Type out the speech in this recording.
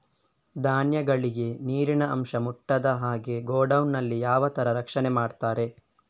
ಧಾನ್ಯಗಳಿಗೆ ನೀರಿನ ಅಂಶ ಮುಟ್ಟದ ಹಾಗೆ ಗೋಡೌನ್ ನಲ್ಲಿ ಯಾವ ತರ ರಕ್ಷಣೆ ಮಾಡ್ತಾರೆ?